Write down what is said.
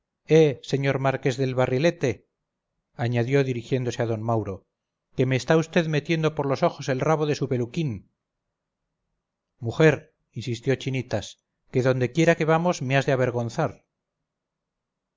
señor marqués del barrilete añadió dirigiéndose a d mauro que me está vd metiendo por los ojos el rabo de su peluquín mujer insistió chinitas que donde quiera que vamos me has de avergonzar